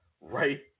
right